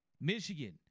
Michigan